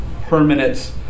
permanent